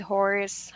Horse